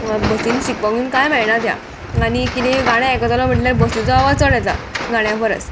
बसीन शिकों बीन कांय मेळना त्या आनी किदें गाणें आयकतालो म्हटल्यार बसीचो आवाज चड येता गाण्यां परस